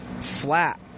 flat